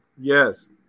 Yes